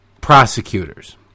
prosecutors